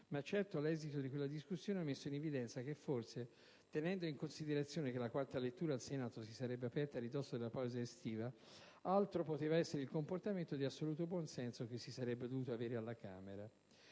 ma certo l'esito di quella discussione ha messo in evidenza che forse, tenendo in considerazione che la quarta lettura al Senato si sarebbe aperta a ridosso della pausa estiva, altro poteva essere il comportamento di assoluto buon senso che si sarebbe dovuto avere alla Camera.